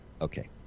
okay